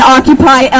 Occupy